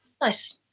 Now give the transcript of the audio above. Nice